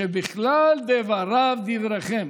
שבכלל דבריו דבריכם.